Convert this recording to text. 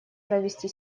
провести